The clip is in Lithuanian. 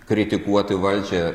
kritikuoti valdžią